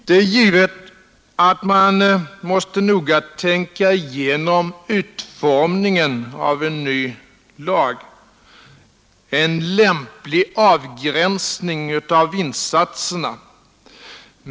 Det är givet att man noga måste tänka igenom utformningen av en ny lag, en lämplig avgränsning av insatserna.